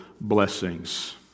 blessings